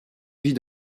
vit